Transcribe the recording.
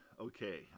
Okay